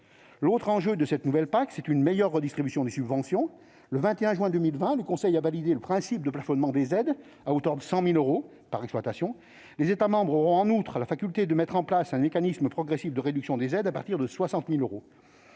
L'autre enjeu de cette nouvelle PAC est une meilleure redistribution des subventions. Le 21 juin 2020, le Conseil a validé le principe d'un plafonnement des aides à hauteur de 100 000 euros par exploitation. Les États membres auront, en outre, la faculté de mettre en place un mécanisme progressif de réduction des aides à partir de 60 000 euros.